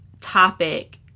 topic